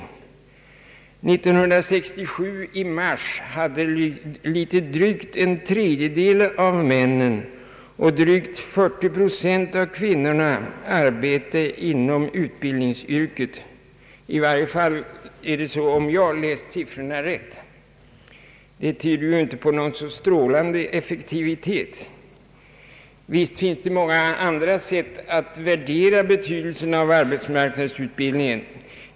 I mars 1967 hade något över en tredjedel av männen och drygt 40 procent av kvinnorna arbete inom utbildningsyrket — i varje fall är det så om jag läst siffrorna rätt. Det tyder ju inte på någon strålande effektivitet. Visst finns det många andra sätt att värdera betydelsen av arbetsmarknadsutbildningen.